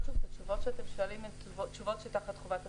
התשובות שאתם מבקשים הם תחת חובת הסודיות.